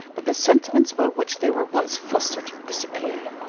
but the sentiments by which they were once fostered disappear.